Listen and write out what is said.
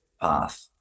path